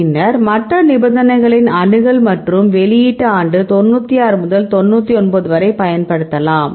பின்னர் மற்ற நிபந்தனைகளின் அணுகல் மற்றும் வெளியீட்டு ஆண்டு 96 முதல் 99 வரை பயன்படுத்தலாம்